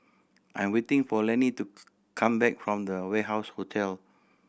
I'm waiting for Lanny to come back from The Warehouse Hotel